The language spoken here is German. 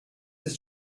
ist